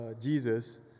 Jesus